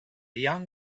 young